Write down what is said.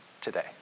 today